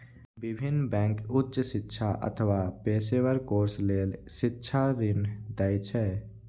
विभिन्न बैंक उच्च शिक्षा अथवा पेशेवर कोर्स लेल शिक्षा ऋण दै छै